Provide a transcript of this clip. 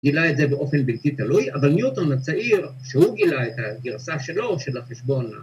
‫גילה את זה באופן בלתי תלוי, ‫אבל ניוטון הצעיר, ‫שהוא גילה את הגרסה שלו ‫של החשבון...